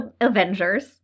Avengers